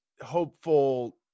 hopeful